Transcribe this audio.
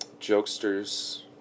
jokesters